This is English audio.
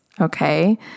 Okay